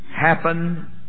happen